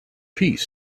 piece